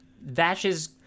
Vash's